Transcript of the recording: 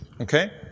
Okay